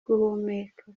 guhumeka